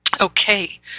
okay